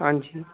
ਹਾਂਜੀ